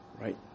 right